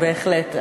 בהחלט,